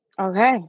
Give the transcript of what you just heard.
Okay